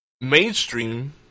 mainstream